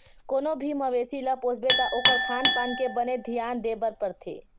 कोनो भी मवेसी ल पोसबे त ओखर खान पान के बने धियान देबर परथे